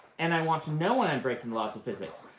and i want to know when i'm breaking laws of physics.